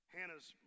Hannah's